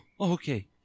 okay